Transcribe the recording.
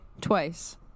Twice